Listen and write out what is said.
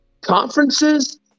conferences